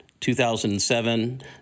2007